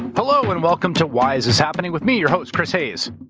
hello and welcome to why is this happening with me, your host, chris hayes.